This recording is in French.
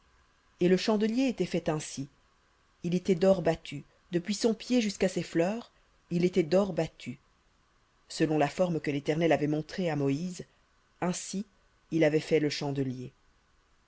et le chandelier était fait ainsi il était d'or battu depuis son pied jusqu'à ses fleurs il était battu selon la forme que l'éternel avait montrée à moïse ainsi il avait fait le chandelier